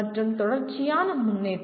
மற்றும் தொடர்ச்சியான முன்னேற்றம்